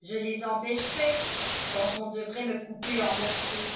je les empêcherais quand on devrait me couper en morceaux